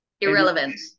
Irrelevant